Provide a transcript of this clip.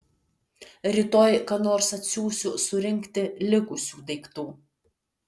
rytoj ką nors atsiųsiu surinkti likusių daiktų